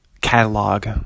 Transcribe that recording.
catalog